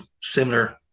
similar